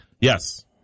Yes